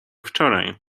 wczoraj